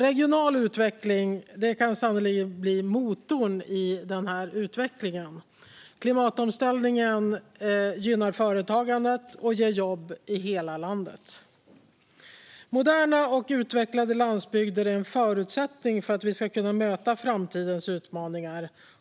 Regional utveckling kan sannerligen bli motorn i denna utveckling. Klimatomställningen gynnar företagandet och ger jobb i hela landet. Moderna och utvecklade landsbygder är en förutsättning för att vi ska kunna möta framtidens utmaningar.